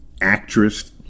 actress